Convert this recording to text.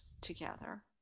together